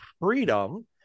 freedom